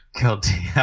Guilty